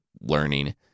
learning